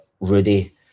Rudy